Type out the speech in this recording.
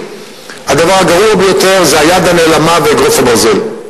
הדבר הגרוע ביותר זה "היד הנעלמה" ו"אגרוף הברזל".